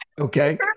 Okay